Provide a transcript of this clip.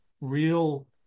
real